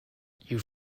you